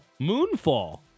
Moonfall